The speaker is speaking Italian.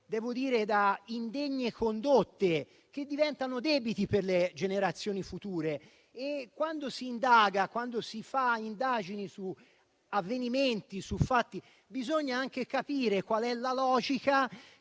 preservare da indegne condotte che diventano debiti per le generazioni future. Quando si fanno indagini su avvenimenti e fatti, bisogna anche capire qual è la logica